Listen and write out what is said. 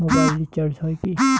Mobile recharge হয় কি?